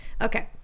okay